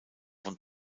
von